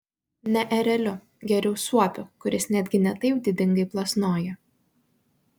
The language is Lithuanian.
ne ereliu geriau suopiu kuris netgi ne taip didingai plasnoja